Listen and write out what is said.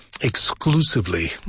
exclusively